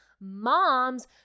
moms